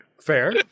fair